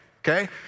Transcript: okay